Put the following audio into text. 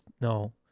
no